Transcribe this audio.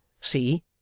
see